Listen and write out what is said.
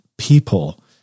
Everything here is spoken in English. people